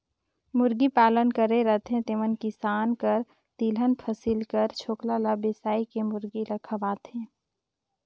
मुरगी पालन करे रहथें तेमन किसान कर तिलहन फसिल कर छोकला ल बेसाए के मुरगी ल खवाथें